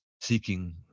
seeking